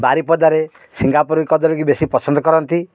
ବାରିପଦାରେ ସିଙ୍ଗାପୁରୀ କଦଳୀକି ବେଶୀ ପସନ୍ଦ କରନ୍ତି